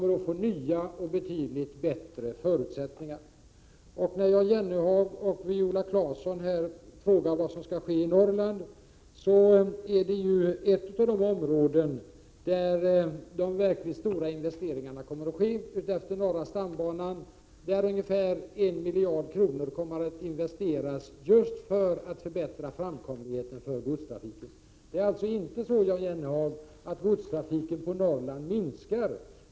Beslutet innebär inte minst att det 30 maj 1988 som vi nu diskuterar, godstrafiken, kommer att få nya och betydligt bättre vill jag framhålla att Norrland ju är ett av de områden där de verkligt stora investeringarna kommer att ske. Utefter norra stambanan skall ungefär 1 miljard kronor investeras just för att förbättra framkomligheten för godstrafiken. Det är alltså inte så, Jan Jennehag, att godstrafiken på Norrland minskar.